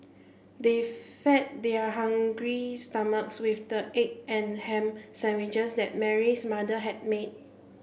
they fed their hungry stomachs with the egg and ham sandwiches that Mary's mother had made